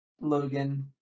Logan